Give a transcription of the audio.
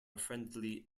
friendly